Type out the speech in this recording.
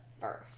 first